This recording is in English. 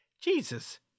Jesus